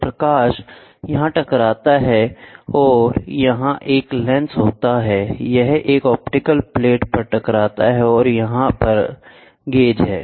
तो प्रकाश यहां टकराता है और यहां एक लेंस होता है यह एक ऑप्टिकल फ्लैट पर टकराता है और यहां यह गेज है